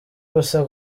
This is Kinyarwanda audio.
gusa